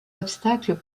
obstacles